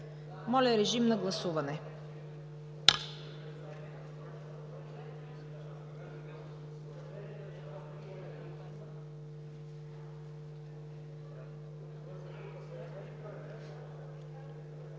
Моля, режим на гласуване.